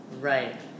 Right